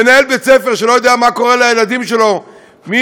מנהל בית-ספר שלא יודע מה קורה לילדים שלו מ-16:00,